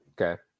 Okay